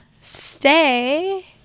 stay